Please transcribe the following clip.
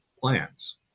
plans